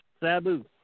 Sabu